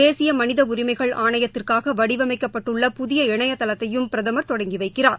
தேசிய மனித உரிமைகள் ஆணையத்திற்காக வடிவமைக்கப்பட்டுள்ள புதிய இணையதளத்தையும் பிரதமர் தொடங்கி வைக்கிறார்